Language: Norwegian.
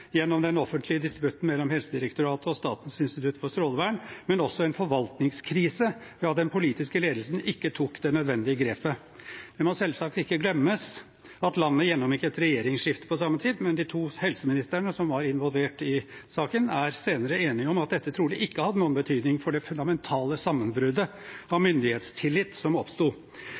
gjennom den offentlige disputten mellom Helsedirektoratet og Statens institutt for strålevern, men også en forvaltningskrise, da den politiske ledelsen ikke tok det nødvendige grepet. Det må selvsagt ikke glemmes at landet gjennomgikk et regjeringsskifte på samme tid, men de to helseministrene som var involvert i saken, er senere enige om at dette trolig ikke hadde noen betydning for det fundamentale sammenbruddet av myndighetstillit som oppsto.